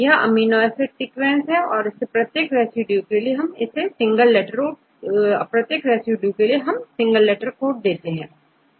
यह amino acid sequence है इसे प्रत्येक रेसिड्यू के लिए एक सिंगल लेटर कोड दिया जाता है